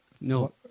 no